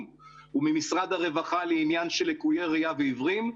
וממשרד הרווחה לעניין של לקויי ראייה ועיוורים,